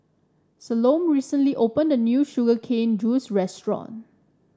Salome recently opened a new Sugar Cane Juice Restaurant